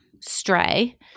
Stray –